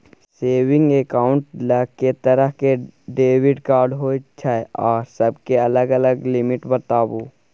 Saving accounts ल के तरह के डेबिट कार्ड होय छै आ सब के अलग अलग लिमिट बताबू?